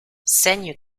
saigne